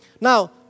Now